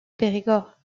périgord